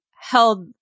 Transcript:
held